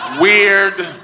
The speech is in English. Weird